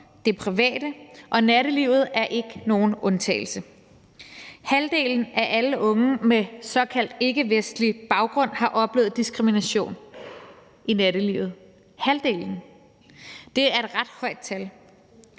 det opleves i nattelivet, er ikke nogen undtagelse. Halvdelen af alle unge med såkaldt ikkevestlig baggrund har oplevet diskrimination i nattelivet – halvdelen. Det er et ret højt antal.